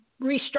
restructure